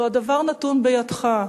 לו נתון הדבר בידך,